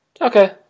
okay